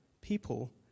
people